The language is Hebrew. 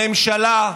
הממשלה,